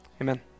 Amen